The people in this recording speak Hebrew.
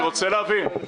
אני רוצה להבין.